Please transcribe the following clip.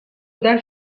dal